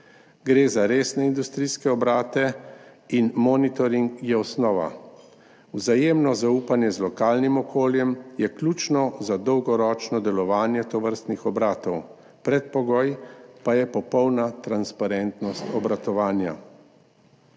Gre za resne industrijske obrate in monitoring je osnova. Vzajemno zaupanje z lokalnim okoljem je ključno za dolgoročno delovanje tovrstnih obratov, predpogoj pa je popolna transparentnost obratovanja.